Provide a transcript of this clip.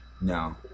No